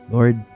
Lord